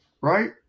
right